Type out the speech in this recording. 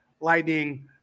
lightning